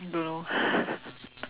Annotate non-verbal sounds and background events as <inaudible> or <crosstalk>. don't know <breath>